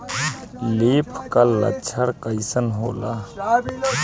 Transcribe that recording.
Leaf curl लक्षण कइसन होला?